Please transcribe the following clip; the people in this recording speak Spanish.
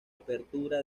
apertura